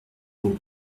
beau